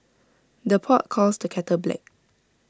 the pot calls the kettle black